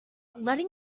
letting